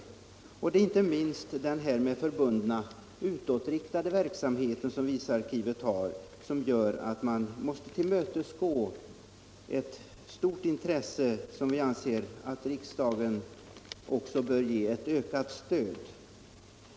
Det är inte minst med hänvisning till den utåtriktade verksamhet som visarkivet bedriver för att tillmötesgå detta intresse som vi anser att riksdagen bör ge ökat stöd.